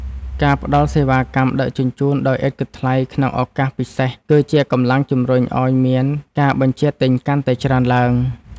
ការផ្ដល់សេវាកម្មដឹកជញ្ជូនដោយឥតគិតថ្លៃក្នុងឱកាសពិសេស គឺជាកម្លាំងជម្រុញឱ្យមានការបញ្ជាទិញកាន់តែច្រើនឡើង។